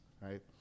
right